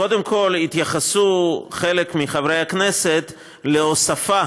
קודם כול, התייחסו חלק מחברי הכנסת להוספה